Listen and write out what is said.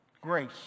Grace